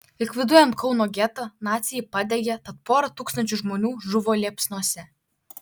likviduojant kauno getą naciai jį padegė tad pora tūkstančių žmonių žuvo liepsnose